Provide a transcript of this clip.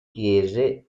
chiese